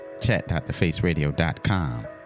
chat.thefaceradio.com